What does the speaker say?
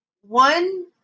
one